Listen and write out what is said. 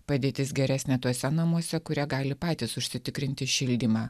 padėtis geresnė tuose namuose kurie gali patys užsitikrinti šildymą